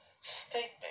statement